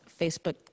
Facebook